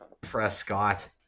Prescott